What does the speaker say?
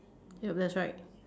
yup that's right